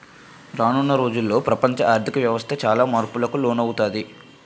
రానున్న రోజుల్లో ప్రపంచ ఆర్ధిక వ్యవస్థ చాలా మార్పులకు లోనవుతాది